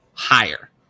Higher